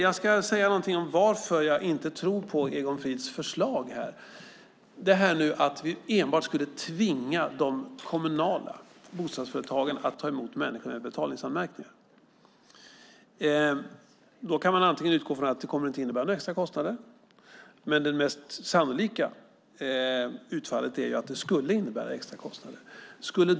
Jag ska säga någonting om varför jag inte tror på Egon Frids förslag. Om vi tvingade enbart de kommunala bostadsföretagen att ta emot människor med betalningsanmärkningar skulle man kunna utgå från att det inte kommer att innebära några extra kostnader. Det mest sannolika utfallet är dock att det skulle innebära extra kostnader.